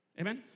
Amen